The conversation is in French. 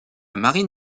marine